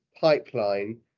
pipeline